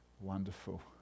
Wonderful